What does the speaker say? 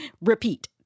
repeat